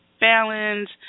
balance